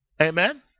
Amen